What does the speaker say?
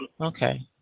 Okay